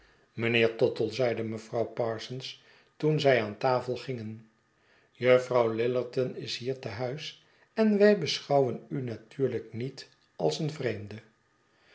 mijnheer tottle zeide mevrouw parsons toen zij aan tafel gingen juffrouw lillerton is hier te huis en wij beschouwen u natuurlijk niet als een vreemde